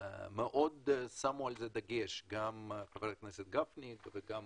מאוד שמו על זה דגש, גם חבר הכנסת גפני וגם